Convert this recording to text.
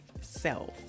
self